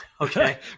Okay